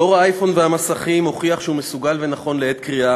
דור האייפון והמסכים הוכיח שהוא מסוגל ונכון לעת קריאה